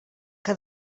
que